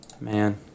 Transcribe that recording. man